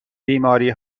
بیماری